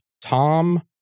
Tom